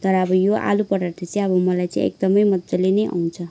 तर अब यो आलुपराठा चाहिँ अब मलाई चाहिँ एकदमै मजाले नै आउँछ